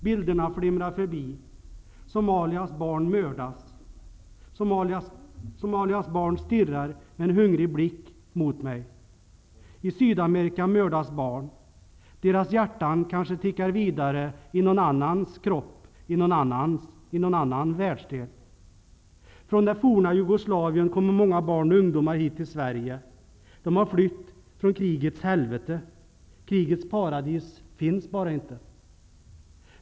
Bilderna flimrar förbi; Somalias barn stirrar med en hungrig blick mot mig, i Sydamerika mördas barn - deras hjärtan kanske tickar vidare i någon annans kropp i någon annan världsdel. Från det forna Jugoslavien kommer många barn och ungdomar hit till Sverige. De har flytt från krigets helvete. Krigets paradis finns bara inte!